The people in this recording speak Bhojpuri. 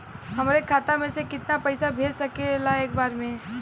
हमरे खाता में से कितना पईसा भेज सकेला एक बार में?